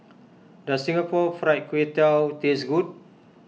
does Singapore Fried Kway Tiao taste good